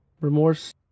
remorse